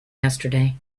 yesterday